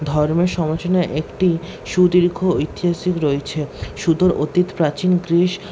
ধর্মের সমলোচনা একটি সুদীর্ঘ ইতিহাসে রয়েছে সুদূর অতীত প্রাচীন গ্রীস